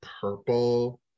purple